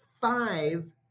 five